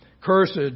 Cursed